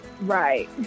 Right